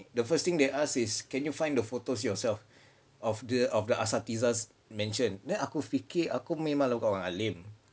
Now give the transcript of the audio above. the first thing they asked is can you find the photos yourself of the of the asatizahs mentioned then aku fikir aku memang lah bukan orang alim